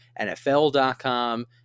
NFL.com